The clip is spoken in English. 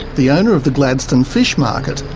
the owner of the gladstone fish market,